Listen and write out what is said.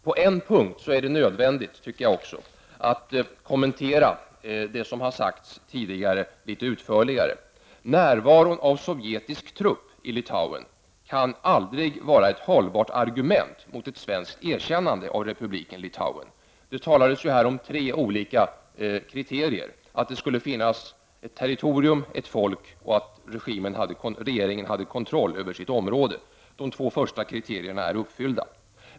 På en punkt tycker jag att det är nödvändigt att litet utförligare kommentera det som har sagts tidigare. Närvaron av sovjetiska trupper i Litauen kan aldrig vara ett hållbart argument mot ett svenskt erkännande av republiken Litauen. Det talades ju här om tre olika kriterier, nämligen att det skulle finnas ett territorium, ett folk och att regeringen hade kontroll över sitt område. De två första kriterierna är uppfyllda.